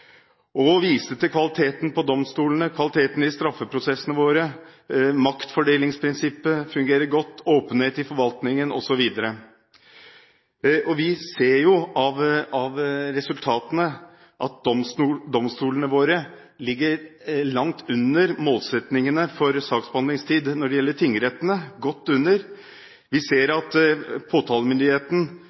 verden. Den viste til kvaliteten på domstolene, kvaliteten i straffeprosessene våre, maktfordelingsprinsippet som fungerer godt, åpenhet i forvaltningen osv. Vi ser jo av resultatene at domstolene våre ligger langt under målsettingene for saksbehandlingstid og tingrettene godt under. Vi ser at påtalemyndigheten,